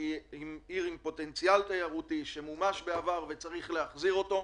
היא עיר עם פוטנציאל תיירותי שמומש בעבר וצריך להחזיר אותו,